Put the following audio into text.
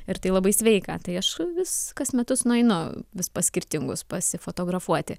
ir tai labai sveika tai aš vis kas metus nueinu vis pas skirtingus pasifotografuoti